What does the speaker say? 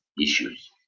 issues